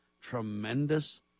tremendous